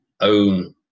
own